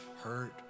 hurt